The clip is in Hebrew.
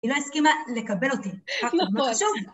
היא לא הסכימה לקבל אותי. לא יכולת. שוב